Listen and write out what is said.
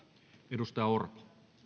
arvoisa herra